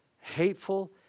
hateful